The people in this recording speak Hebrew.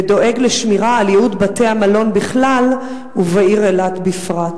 ודואג לשמירה על ייעוד בתי-המלון בכלל ובעיר אילת בפרט?